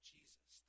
Jesus